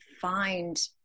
find